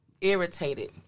Irritated